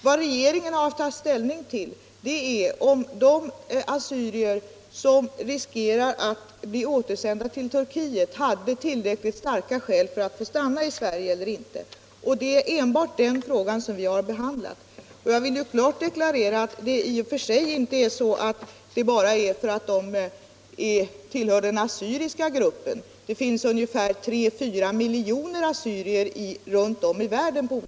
Vad regeringen har tagit ställning till är om de assyrier som riskerade att bli återsända till Turkiet hade tillräckligt starka skäl för att stanna i Sverige. Det är enbart den frågan som vi har behandlat. Jag vill klart deklarera att skälet inte bara är att de tillhör den assyriska gruppen — det finns tre fyra miljoner assyrier runt om i världen.